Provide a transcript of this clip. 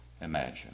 imagine